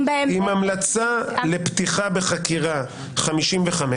בהם --- עם המלצה לפתיחה בחקירה-55,